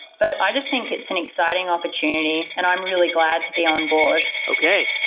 but i just think it's an exciting opportunity and i'm really glad to be on board. okay.